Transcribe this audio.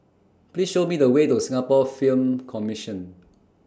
Please Show Me The Way to Singapore Film Commission